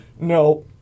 No